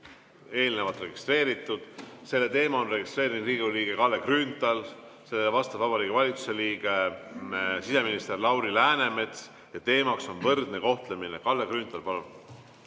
eelnevalt registreeritud. Selle teema on registreerinud Riigikogu liige Kalle Grünthal. Vastab Vabariigi Valitsuse liige siseminister Lauri Läänemets ja teema on võrdne kohtlemine. Kalle Grünthal,